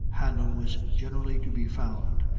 hanlon was generally to be found,